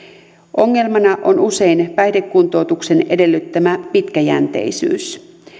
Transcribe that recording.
ongelmana on usein päihdekuntoutuksen edellyttämä pitkäjänteisyys